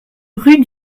rue